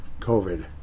COVID